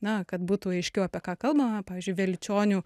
na kad būtų aiškiau apie ką kalbama pavyzdžiui velyčionių